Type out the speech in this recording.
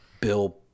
bill